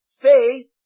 Faith